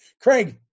Craig